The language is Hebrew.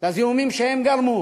לזיהומים שהם גרמו.